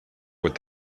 would